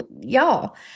y'all